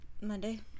Monday